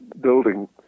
building